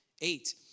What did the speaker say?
Eight